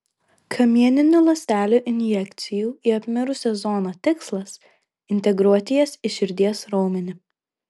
kamieninių ląstelių injekcijų į apmirusią zoną tikslas integruoti jas į širdies raumenį